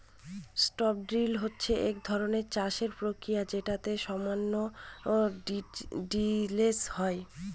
strip drill হচ্ছে এক ধরনের চাষের প্রক্রিয়া যেটাতে সামান্য টিলেজ হয়